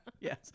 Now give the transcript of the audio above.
Yes